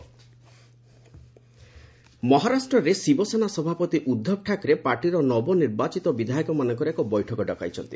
ମହା ଗଭଟ୍ ମହାରାଷ୍ଟ୍ରରେ ଶିବସେନା ସଭାପତି ଉଦ୍ଧବ ଠାକ୍ରେ ପାର୍ଟିର ନବନିର୍ବାଚିତ ବିଧାୟକମାନଙ୍କର ଏକ ବୈଠକ ଡକାଇଛନ୍ତି